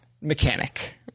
mechanic